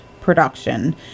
production